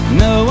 no